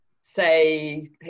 say